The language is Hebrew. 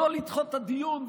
לא לדחות את הדיון?